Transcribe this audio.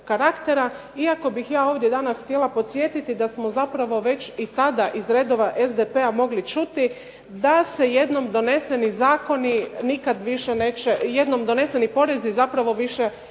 iako bih ja ovdje danas htjela podsjetiti da smo zapravo već i tada iz redova SDP-a mogli čuti da se jednom doneseni porezi zapravo više neće